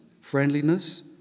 friendliness